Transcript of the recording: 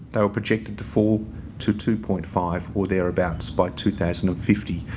they were projected to fall to two point five or thereabouts by two thousand and fifty.